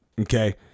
Okay